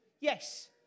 Yes